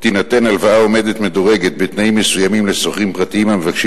תינתן הלוואה עומדת מדורגת בתנאים מסוימים לשוכרים פרטיים המבקשים